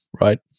right